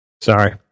Sorry